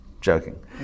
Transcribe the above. Joking